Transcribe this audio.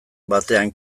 batean